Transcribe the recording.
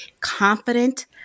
confident